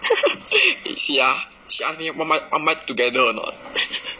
you see ah she ask me want buy want buy together or not